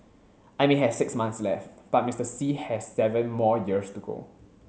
I may have six months left but Mister Xi has seven more years to go